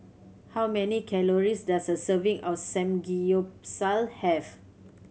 how many calories does a serving of Samgeyopsal have